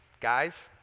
Guys